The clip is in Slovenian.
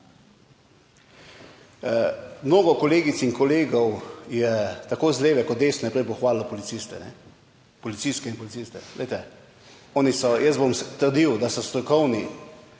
Mnogo kolegic in kolegov je tako z leve kot desne prej pohvalilo policiste, policistke in policiste, glejte, oni so, jaz bom trdil, da so strokovni,